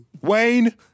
Wayne